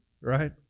right